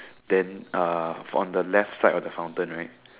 then uh on the left side of the fountain right